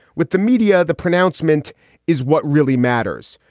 with the media, the pronouncement is what really matters.